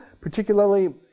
particularly